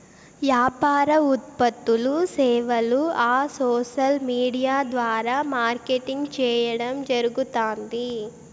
యాపార ఉత్పత్తులూ, సేవలూ ఆ సోసల్ విూడియా ద్వారా మార్కెటింగ్ చేయడం జరగుతాంది